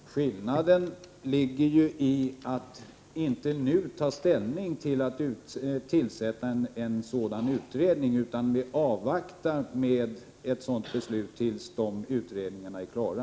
Herr talman! Skillnaden ligger i att vi inte nu vill ta ställning till om man skall tillsätta en sådan utredning. Vi avvaktar med ett sådant beslut tills de pågående utredningarna är klara.